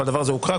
והדבר הזה הוקרא,